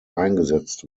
eingesetzt